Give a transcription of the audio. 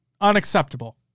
unacceptable